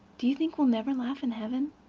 do you think we'll never laugh in heaven?